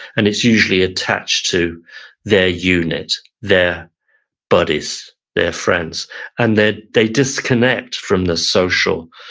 and it's usually attached to their unit, their buddies, their friends and then, they disconnect from the social.